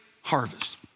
harvest